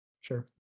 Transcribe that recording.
Sure